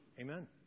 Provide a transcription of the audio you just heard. Amen